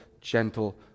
gentle